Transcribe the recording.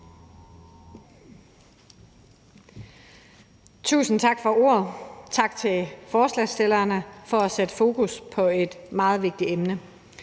Tusind tak for ordet. Tak til forslagsstillerne for at sætte fokus på et meget vigtigt emne.